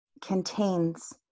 contains